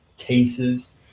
cases